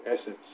essence